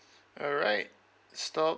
alright stop